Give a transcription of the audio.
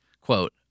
Quote